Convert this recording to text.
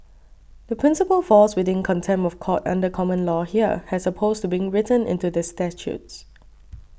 the principle falls within contempt of court under common law here as opposed to being written into the statutes